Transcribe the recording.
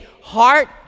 heart